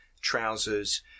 trousers